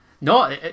no